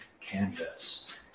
canvas